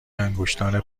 انگشتان